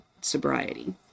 sobriety